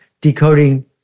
decoding